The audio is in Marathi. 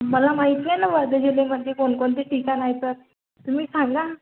मला माहित नाही ना वर्धा जिल्ह्यामध्ये कोणकोणते ठिकाण आहे तर तुम्ही सांगा